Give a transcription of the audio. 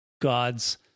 God's